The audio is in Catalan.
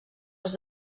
els